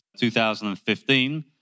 2015